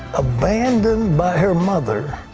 abandoned by her mother,